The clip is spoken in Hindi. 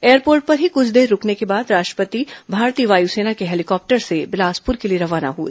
एयरपोर्ट पर ही कुछ देर रुकने के बाद राष्ट्रपति भारतीय वायुसेना के हेलीकॉप्टर से बिलासपुर के लिए रवाना हुए